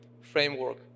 framework